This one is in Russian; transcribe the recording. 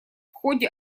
ходе